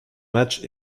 matchs